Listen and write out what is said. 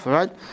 right